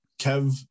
Kev